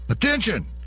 Attention